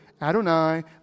Adonai